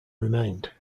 remained